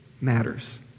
matters